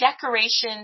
decorations